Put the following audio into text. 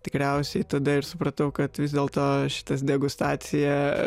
tikriausiai tada ir supratau kad vis dėlto šitas degustacija